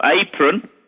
apron